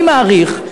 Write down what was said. אני מעריך,